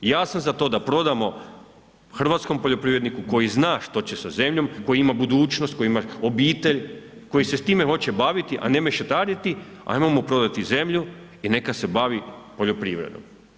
Ja sam za to da prodamo hrvatskom poljoprivredniku koji zna što će sa zemljom, koji ima budućnost, koji ima obitelj, koji se s time hoće baviti, a ne mešetariti, ajmo mu prodati zemlju i neka se bavi poljoprivredom.